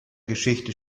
geschichte